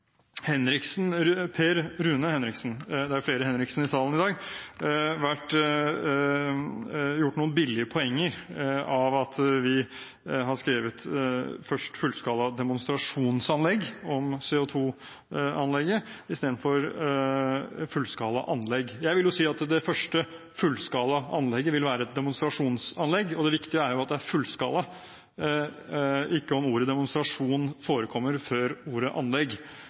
Henriksen – det er flere Henriksen i salen i dag – har gjort noen billige poenger av at vi først skrev fullskala «demonstrasjonsanlegg» om CO2-anlegget i stedet for fullskala «anlegg». Det første fullskala anlegget vil jo være et demonstrasjonsanlegg, og det viktige er jo at det er fullskala – ikke om ordet «demonstrasjon» forekommer før ordet